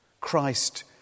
Christ